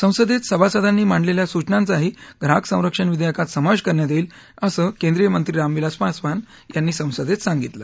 संसदेत सभासदांनी मांडलेल्या सूचनांचाही ग्राहक संरक्षण विधेयकात समावेश करण्यात येईल असं केंद्रीय मंत्री रामविलास पासवान यांनी संसदेत सांगितलं